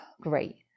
great